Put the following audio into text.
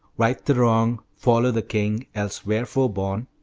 right the wrong, follow the king else wherefore born?